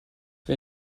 wer